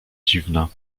dziwna